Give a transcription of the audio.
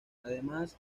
además